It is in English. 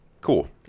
Cool